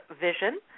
vision